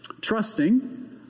Trusting